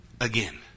again